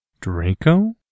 Draco